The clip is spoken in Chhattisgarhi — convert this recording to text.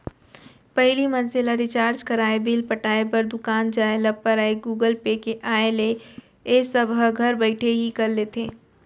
पहिली मनसे ल रिचार्ज कराय, बिल पटाय बर दुकान जाय ल परयए गुगल पे के आय ले ए सब ह घर बइठे ही कर लेथे